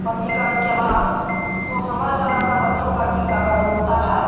पंजीकरण के बाद तो समय समय पर बच्चों का टीकाकरण होता है